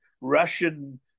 russian